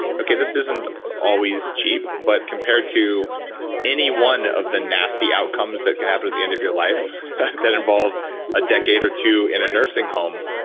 okay, this isn't always cheap but compared to any one of the nasty outcomes that can happen at the end of your life that involve a decade or two in a nursing home,